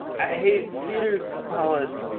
i hate cedar pollen.